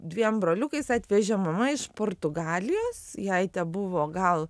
dviem broliukais atvežė mama iš portugalijos jai tebuvo gal